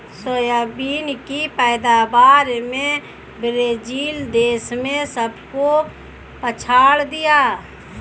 soybean की पैदावार में ब्राजील देश ने सबको पछाड़ दिया